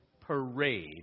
parade